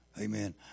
Amen